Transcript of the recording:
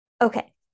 okay